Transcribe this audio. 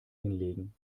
hinlegen